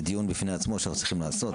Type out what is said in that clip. זה דיון בפני עצמו שצריך לעשות.